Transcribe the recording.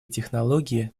технологии